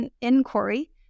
inquiry